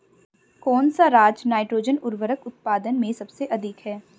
कौन सा राज नाइट्रोजन उर्वरक उत्पादन में सबसे अधिक है?